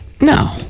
No